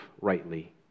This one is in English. rightly